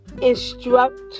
instruct